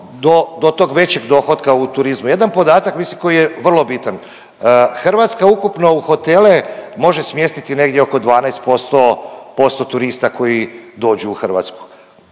do tog većeg dohotka u turizmu? Jedan podatak mislim koji je vrlo bitan. Hrvatska ukupno u hotele može smjestiti negdje oko 12%, posto turista koji dođu u Hrvatsku.